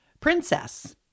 princess